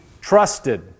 trusted